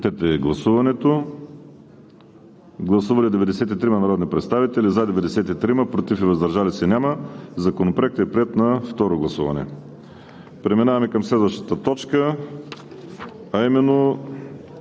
и 3 по вносител. Гласували 93 народни представители: за 93, против и въздържали се няма. Законопроектът е приет на второ гласуване. Преминаваме към следващата точка, а именно: